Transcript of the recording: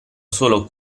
solo